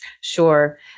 sure